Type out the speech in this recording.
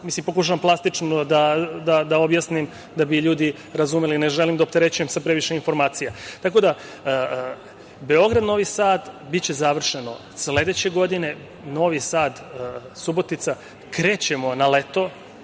stanice. Pokušavam plastično da objasnim da bi ljudi razumeli, ne želim da opterećujem sa previše informacija. Beograd – Novi Sad biće završeno od sledeće godine, Novi Sad – Subotica krećemo na leto